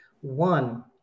One